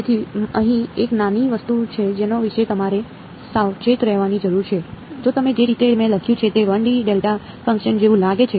તેથી અહીં એક નાની વસ્તુ છે જેના વિશે તમારે સાવચેત રહેવાની જરૂર છે જો તમે જે રીતે મેં લખ્યું છે તે 1 D ડેલ્ટા ફંક્શન જેવું લાગે છે